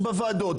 הוא בוועדות.